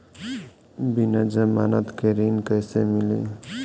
बिना जमानत के ऋण कैसे मिली?